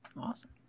Awesome